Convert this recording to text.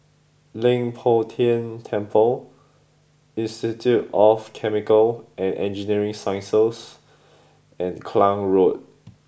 Leng Poh Tian Temple Institute of Chemical and Engineering Sciences and Klang Road